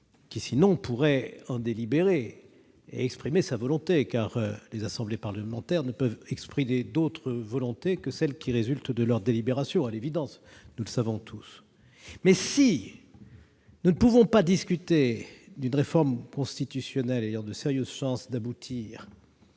qui pourrait en délibérer et exprimer sa volonté. Les assemblées parlementaires ne peuvent exprimer d'autre volonté que celle qui résulte de leurs délibérations, à l'évidence. Si nous ne pouvons pas discuter d'une réforme constitutionnelle ayant de sérieuses chances d'aboutir